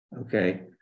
Okay